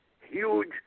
huge